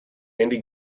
andy